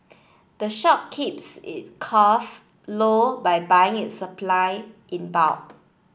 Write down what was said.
the shop keeps it costs low by buying its supply in bulk